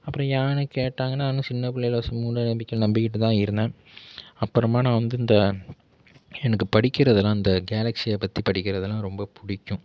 அப்புறம் ஏன்னு கேட்டாங்கள்னா நானும் சின்ன பிள்ளைல மூடநம்பிக்கையில் நம்பிகிட்டுதான் இருந்தேன் அப்புறமா நான் வந்து இந்த எனக்கு படிக்கிறதுலாம் இந்த கேலக்ஸியை பற்றி படிக்கிறதுலாம் ரொம்ப பிடிக்கும்